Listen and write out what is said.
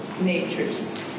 natures